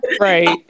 right